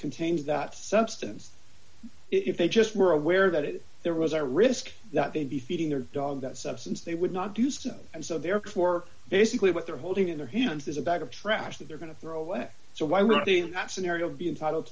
contains that substance if they just were aware that there was a risk that they'd be feeding their dog that substance they would not do so and so therefore basically what they're holding in their hands is a bag of trash that they're going to throw away so why would i think that scenario would be entitled